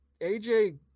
AJ